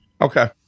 Okay